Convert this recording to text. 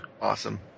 Awesome